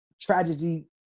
tragedy